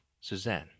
Suzanne